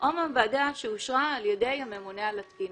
או מעבדה שאושרה על ידי הממונה על התקינה.